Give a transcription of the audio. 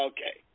Okay